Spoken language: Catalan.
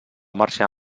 marxar